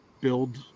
build